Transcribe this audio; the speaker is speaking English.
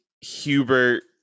Hubert